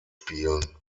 spielen